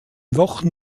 wochen